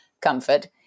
comfort